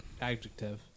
Adjective